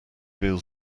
feel